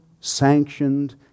sanctioned